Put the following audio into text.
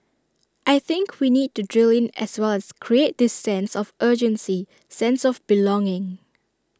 I think we need to drill in as well as create this sense of urgency sense of belonging